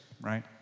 right